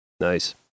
Nice